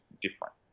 different